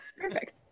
perfect